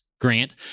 Grant